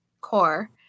Core